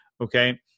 okay